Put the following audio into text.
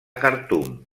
khartum